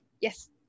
Yes